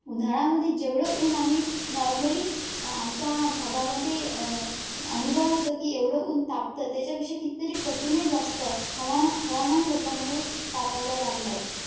उन्हाळ्यामध्ये जेवढं ऊन आम्ही नॉर्मली आमच्या भागामध्ये अनुभवचं की एवढं ऊन तापतं त्याच्यापेक्षा कितीतरी पटीने जास्त हवान हवामान बदलामुळे तापायला लागलाय